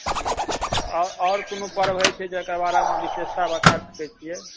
आओर आओर कोनो पर्व होइ छै जकर बारेमे अहाँ विशेषता बता सकै छिए